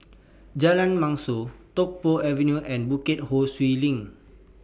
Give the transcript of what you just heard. Jalan Mashor Tung Po Avenue and Bukit Ho Swee LINK